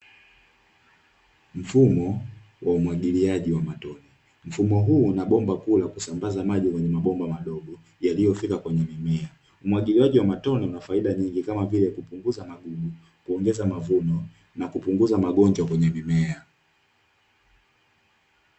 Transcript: Mfumo wa umwagiliaji wa matone, mfumo huu una bomba kubwa la kusambaza maji kwenye mabomba madogo yaliyofika kwenye mimea . Umwagiliaji wa matone unafaida nyingi kama vile kupunguza magugu, kuongeza mavuni na kupunguza magonjwa kwenye mimea.